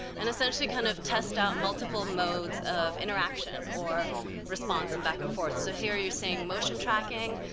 and essentially kind of test out multiple modes of interaction or response and back and forth. so here you're seeing motion tracking,